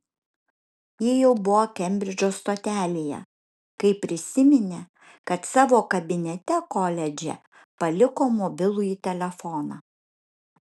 ji jau buvo kembridžo stotelėje kai prisiminė kad savo kabinete koledže paliko mobilųjį telefoną